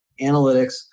analytics